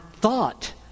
thought